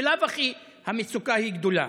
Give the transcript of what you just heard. בלאו הכי המצוקה גדולה.